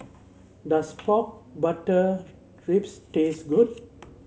does pork butter ribs taste good